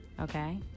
okay